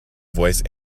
voice